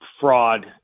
fraud